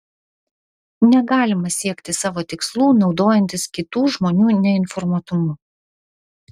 negalima siekti savo tikslų naudojantis kitų žmonių neinformuotumu